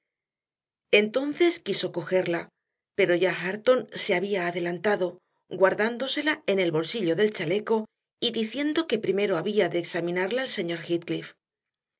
entonces quiso cogerla pero ya hareton se había adelantado guardándosela en el bolsillo del chaleco y diciendo que primero había de examinarla el señor